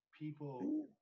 people